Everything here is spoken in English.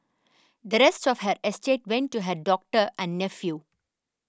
the rest of her estate went to her doctor and nephew